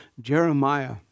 Jeremiah